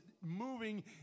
moving